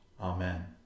Amen